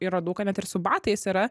ir radau kad net ir su batais yra